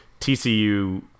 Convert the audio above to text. TCU